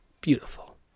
beautiful